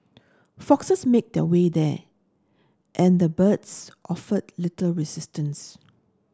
foxes made their way there and the birds offered little resistance